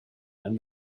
and